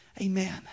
Amen